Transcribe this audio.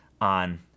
on